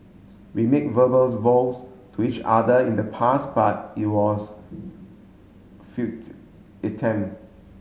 we made verbals to each other in the past but it was attempt